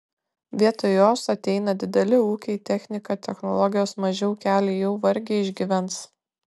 vietoj jos ateina dideli ūkiai technika technologijos maži ūkeliai jau vargiai išgyvens